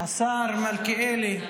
השר מלכיאלי,